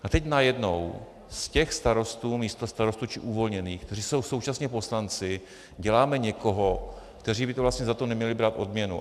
A teď najednou z těch starostů, místostarostů či uvolněných, kteří jsou současně poslanci, děláme někoho, kteří by za to neměli brát odměnu.